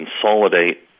consolidate